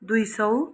दुई सौ